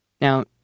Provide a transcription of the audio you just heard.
Now